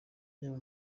yaba